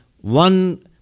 one